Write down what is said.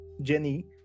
Jenny